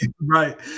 Right